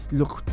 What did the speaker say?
look